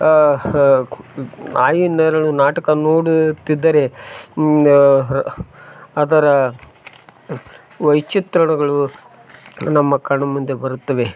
ನಾಯಿ ನೆರಳು ನಾಟಕ ನೋಡುತ್ತಿದ್ದರೆ ಅದರ ವೈಚಿತ್ರಣಗಳು ನಮ್ಮ ಕಣ್ಣುಮುಂದೆ ಬರುತ್ತವೆ